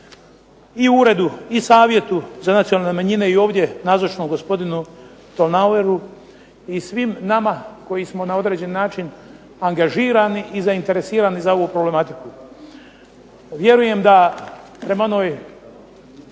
i uredu, i Savjetu za nacionalne manjine i ovdje nazočnom gospodinu Tolnaueru i svim nama koji smo na određeni način angažirani i zainteresirani za ovu problematiku. Vjerujem da prema onoj